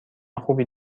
خوبی